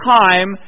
time